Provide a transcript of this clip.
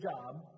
job